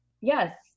Yes